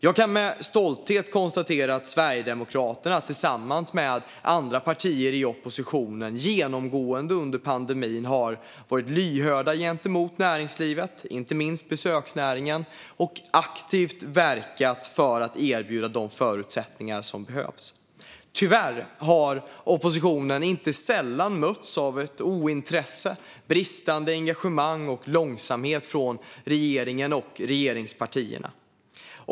Jag kan med stolthet konstatera att Sverigedemokraterna tillsammans med andra partier i oppositionen genomgående under pandemin har varit lyhörda gentemot näringslivet, inte minst besöksnäringen, och aktivt försökt verka för att erbjuda de förutsättningar som behövs. Tyvärr har oppositionen inte sällan mötts av ointresse, bristande engagemang och långsamhet från regeringen och regeringspartierna.